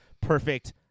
perfect